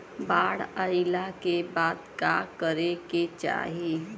बाढ़ आइला के बाद का करे के चाही?